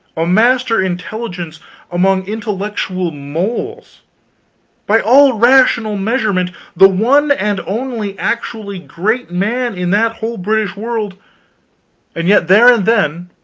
a master intelligence among intellectual moles by all rational measurement the one and only actually great man in that whole british world and yet there and then,